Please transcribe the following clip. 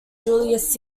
julius